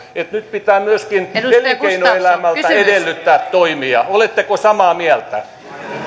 nyt pitää myöskin elinkeinoelämältä edellyttää toimia oletteko samaa mieltä